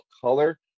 color